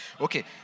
Okay